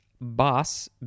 Boss